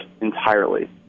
entirely